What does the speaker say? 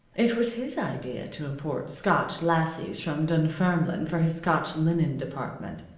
it was his idea to import scotch lassies from dunfermline for his scotch linen department.